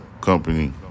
Company